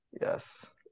Yes